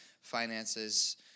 finances